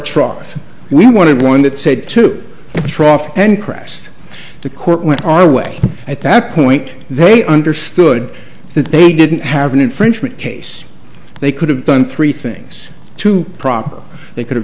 trough we wanted one that said to the trough and crest the court went our way at that point they understood that they didn't have an infringement case they could have done three things two problems they could have